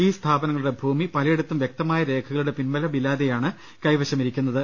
ഈ സ്ഥാപനങ്ങളുടെ ഭൂമി പല യിടത്തും വ്യക്തമായ രേഖകളുടെ പിൻബലമില്ലാതെയാണ് കൈവശമിരിക്കുന്ന ത്